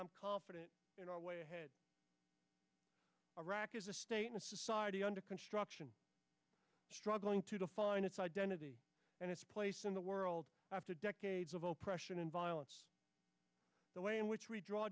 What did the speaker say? i'm confident in our way iraq is a state and society under construction struggling to find its identity and its place in the world after decades of oppression and violence the way in which we draw